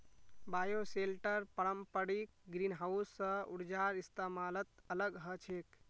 bioshelter पारंपरिक greenhouse स ऊर्जार इस्तमालत अलग ह छेक